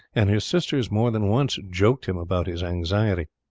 and his sisters more than once joked him about his anxiety.